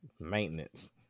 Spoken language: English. Maintenance